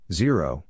zero